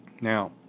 Now